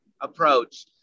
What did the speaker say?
approach